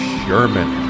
Sherman